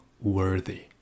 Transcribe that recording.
worthy